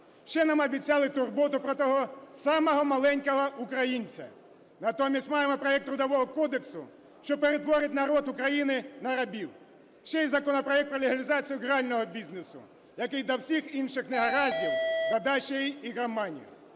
Ще нам обіцяли турботу про того самого "маленького українця". Натомість маємо проект Трудового кодексу, що перетворить народ України на рабів. Ще й законопроект про легалізацію грального бізнесу, який до всіх інших негараздів додасть ще й ігроманію.